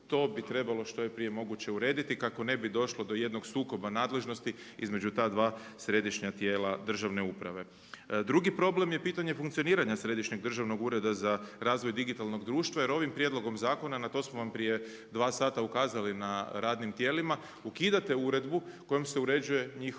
to bi trebalo što je prije moguće urediti kako ne bi došlo do jednog sukoba nadležnosti između ta dva središnja tijela državne uprave. Drugi problem je pitanje funkcioniranja Središnjeg državnog ureda za razvoj digitalnog društva jer ovim prijedlogom zakona na to smo vam prije dva sata ukazali na radnim tijelima, ukidate uredbu kojom se uređuje njihov